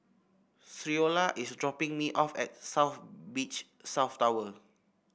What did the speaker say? Creola is dropping me off at South Beach South Tower